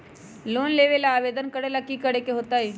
Loan लेबे ला आवेदन करे ला कि करे के होतइ?